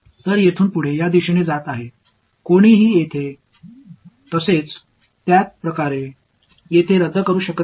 இங்கே அது இந்த திசையில் செல்கிறது இதேபோல் இங்கே ரத்து செய்ய யாரும் இல்லை